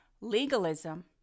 legalism